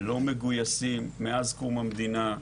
לא מגויסים מאז קום המדינה,